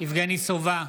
יבגני סובה,